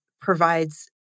provides